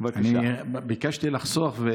ביקשתי לחסוך.